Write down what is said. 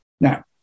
now